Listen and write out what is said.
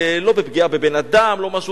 לא בפגיעה בבן-אדם אלא,